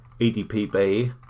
EDPB